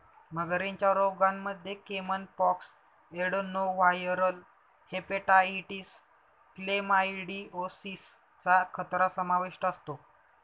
मगरींच्या रोगांमध्ये caiman pox, adenoviral hepatitis, chlamydiosis चा खतरा समाविष्ट असतो